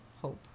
hope